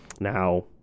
Now